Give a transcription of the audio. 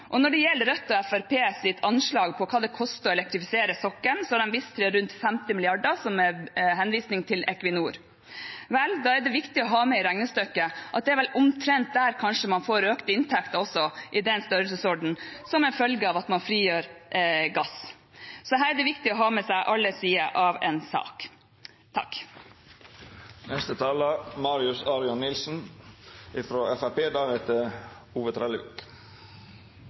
Når det gjelder Rødt og Fremskrittspartiet sitt anslag over hva det koster å elektrifisere sokkelen, så har de vist til rundt 50 mrd. kr, som er en henvisning til Equinor. Vel, da er det viktig å ha med i regnestykket at det kanskje er omtrent der man får økte inntekter også, i den størrelsesorden, som en følge av at man frigjør gass. Så her er det viktig å ha med seg alle sider av en sak.